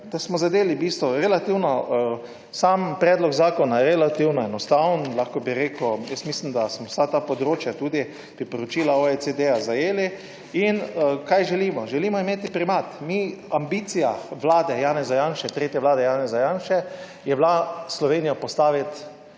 zadeli bistvo. Sam predlog zakona je relativno enostaven. Mislim, da smo vsa ta področja, tudi priporočila OECD zajeli. In kaj želimo? Želimo imeti primat. Ambicija vlade Janeza Janše, tretje vlade Janeza Janše je bila Slovenijo postaviti